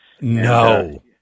No